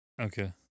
Okay